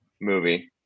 movie